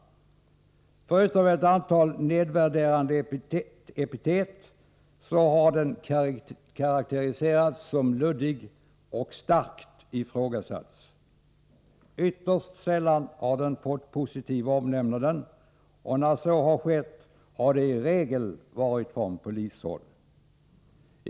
Förutom ett antal nedvärderande epitet har den karakteriserats som luddig och starkt ifrågsatts. Ytterst sällan har den fått positiva omnämnanden, och när så har skett har det i regel varit från polishåll.